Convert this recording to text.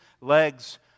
legs